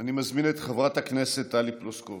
אני מזמין את חברת הכנסת טלי פלוסקוב.